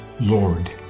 Lord